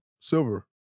silver